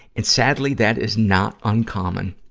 and sadly, that is not uncommon.